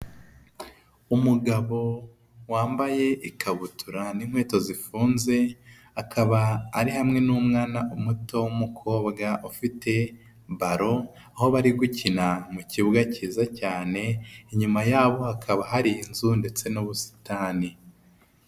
Umugabo wambaye ikabutura n'inkweto zifunze, akaba ari hamwe n'umwana muto w'umukobwa, ufite baro, aho bari gukina mu kibuga cyiza cyane, inyuma yabo hakaba hari inzu ndetse n'ubusitani.